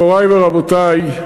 מורי ורבותי,